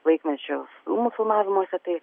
laikmečio rūmų filmavimuose tai